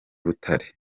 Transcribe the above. butare